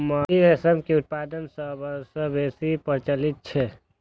mulberry रेशम के उत्पादन सबसं बेसी प्रचलित छै